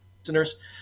listeners